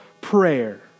prayer